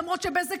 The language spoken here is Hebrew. למרות שבזק,